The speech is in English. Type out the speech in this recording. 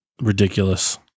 Ridiculous